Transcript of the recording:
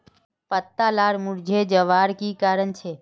पत्ता लार मुरझे जवार की कारण छे?